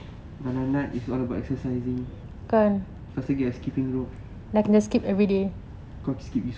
it's all about exercising faster get a skipping rod kau pergi skip